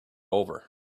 over